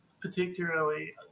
particularly